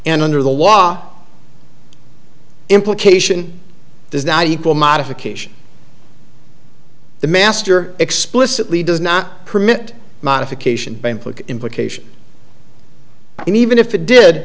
and under the law implication does not equal modification the master explicitly does not permit modification implication and even if it did